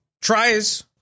tries